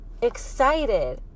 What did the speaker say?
excited